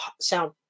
sound